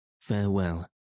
farewell